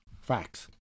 Facts